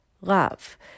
love